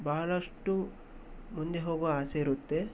ಬಹಳಷ್ಟು ಮುಂದೆ ಹೋಗುವ ಆಸೆ ಇರುತ್ತೆ